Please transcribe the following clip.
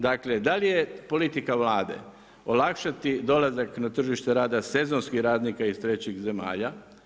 Dakle, da li je politika Vlade olakšati dolazak na tržište rada sezonskih radnika iz trećih zemalja?